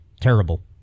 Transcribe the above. Terrible